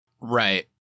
Right